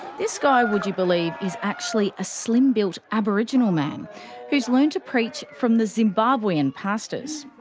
this guy would you believe is actually a slim-built aboriginal man who's learned to preach from the zimbabwean pastors.